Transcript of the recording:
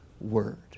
word